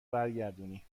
برگردونی